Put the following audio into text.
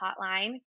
Hotline